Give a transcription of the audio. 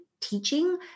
teaching